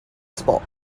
sport